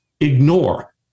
ignore